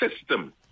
system